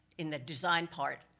in the design part,